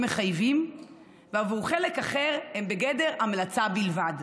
מחייבים ועבור חלק אחר הם בגדר המלצה בלבד.